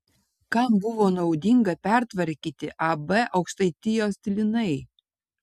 kam buvo naudinga pertvarkyti ab aukštaitijos linai